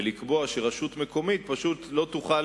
וצריך לקבוע שרשות מקומית פשוט לא תוכל